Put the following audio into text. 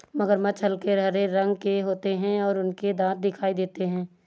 मगरमच्छ हल्के हरे रंग के होते हैं और उनके दांत दिखाई देते हैं